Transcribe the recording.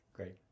Great